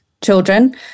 children